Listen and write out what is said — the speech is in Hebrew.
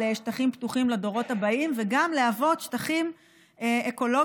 שטחים פתוחים לדורות הבאים וגם להוות שטחים אקולוגיים